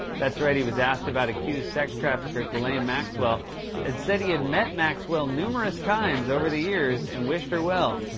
that's right he was asked about accused sex trafficker ghislaine maxwell and said he had met maxwell numerous times over the years and wished her well.